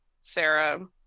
Sarah